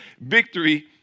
Victory